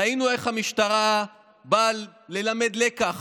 ראינו איך המשטרה באה ללמד לקח.